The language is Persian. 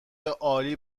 عالی